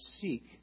seek